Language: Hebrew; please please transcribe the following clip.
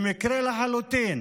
במקרה לחלוטין